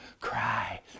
cry